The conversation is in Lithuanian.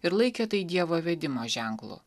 ir laikė tai dievo vedimo ženklu